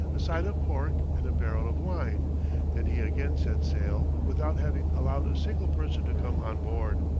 a side of pork and a barrel of wine then he again set sail without having allowed a single person to come on board.